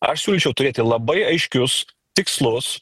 aš siūlyčiau turėti labai aiškius tikslus